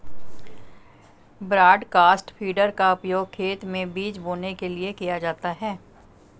broadcast feeder का उपयोग खेत में बीज बोने के लिए किया जाता है